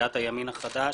סיעת הימין החדש,